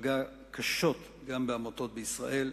שפגע קשות גם בעמותות בישראל,